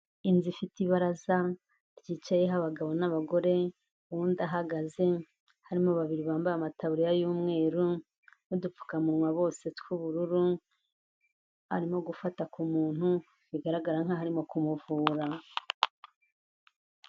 Inzu ifite ibaraza ryicayeho abagabo n'abagore, uwundi ahagaze, harimo babiri bambaye amataburiya y'umweru n'udupfukamunwa bose tw'ubururu, arimo gufata ku muntu, bigaragara nk'aho arimo kumuvura.